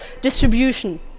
distribution